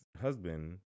husband